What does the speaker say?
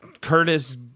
Curtis